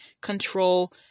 control